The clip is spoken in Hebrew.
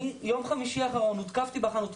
אני יום חמישי האחרון הותקפתי בחנות.